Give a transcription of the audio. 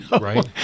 right